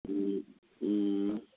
ꯎꯝ ꯎꯝ